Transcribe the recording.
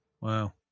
Wow